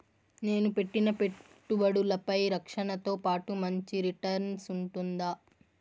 నేను పెట్టిన పెట్టుబడులపై రక్షణతో పాటు మంచి రిటర్న్స్ ఉంటుందా?